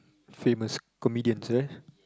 famous comedians eh